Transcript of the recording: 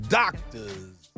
doctor's